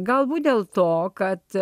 galbūt dėl to kad